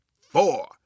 four